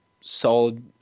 solid